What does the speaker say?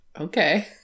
okay